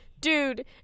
Dude